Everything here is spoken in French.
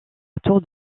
autour